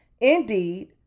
Indeed